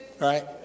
right